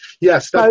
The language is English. Yes